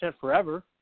forever